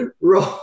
roll